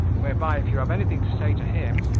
whereby, if you have anything to say to him,